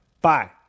Bye